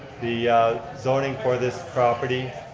the zoning for this property